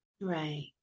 right